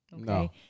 okay